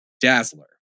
Dazzler